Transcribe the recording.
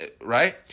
right